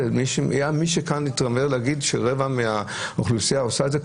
מי שכאן מתיימר להגיד שרבע מהאוכלוסייה עושה את זה,